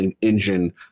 engine